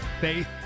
faith